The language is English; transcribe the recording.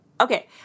okay